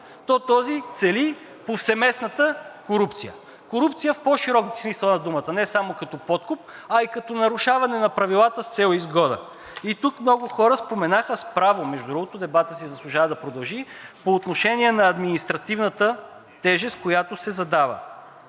то този цели повсеместната корупция – корупция в по-широк смисъл на думата, не само като подкуп, а и като нарушаване на правилата с цел изгода. Тук много хора споменаха с право, между другото, дебатът си заслужава да продължи по отношение на административната тежест, която се задава,